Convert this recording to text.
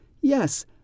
yes